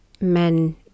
men